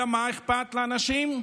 אלא מה אכפת לאנשים?